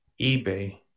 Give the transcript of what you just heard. ebay